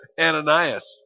Ananias